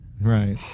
Right